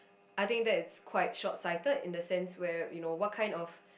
I think is quite short sighted in the sense where you know what kind of